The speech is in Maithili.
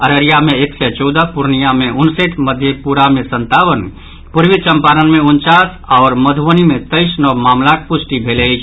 अररिया मे एक सय चौदह पूर्णियाँ मे उनसठि मधेपुरा मे संतावन पूर्वी चंपारण मे उनचास आओर मधुबनी मे तैईस नव मामिलाक पुष्टि भेल अछि